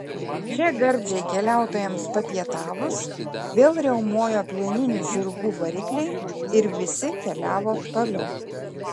čia gardžiai keliautojams papietavus vėl riaumojo plieninių žirgų varikliai ir visi keliavo toliau